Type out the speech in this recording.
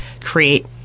create